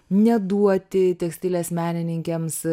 neduoti tekstilės menininkėms